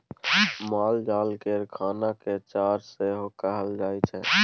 मालजाल केर खाना केँ चारा सेहो कहल जाइ छै